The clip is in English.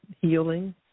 healing